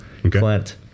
Clint